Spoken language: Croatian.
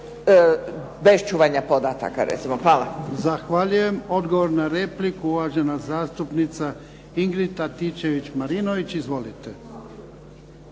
bez čuvanja podataka recimo.